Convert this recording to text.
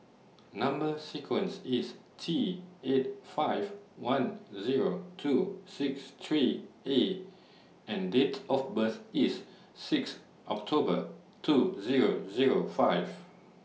Number sequence IS T eight five one Zero two six three A and Date of birth IS six October two Zero Zero five